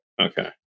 Okay